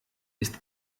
ist